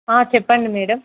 చెప్పండి మేడం